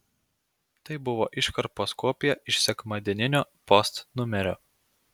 tai buvo iškarpos kopija iš sekmadieninio post numerio